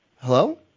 Hello